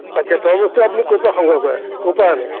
তাকে তৰমুজ আপুনি ক'ৰ পৰা সংগ্ৰহ কৰে ক'ৰ পৰা আনে